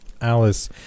Alice